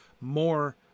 more